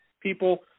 people